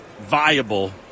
viable